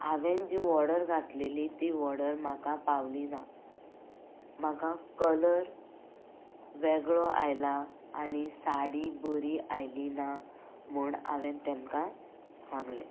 हांवेन जी वॉर्डर घातलेली ती वॉर्डर म्हाका पावली ना म्हाका कलर वेगळो आयला आनी साडी बरी आयली ना म्हण हांवें तेमकां सांगलें